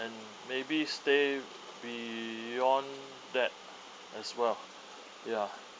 and maybe stay beyond that as well ya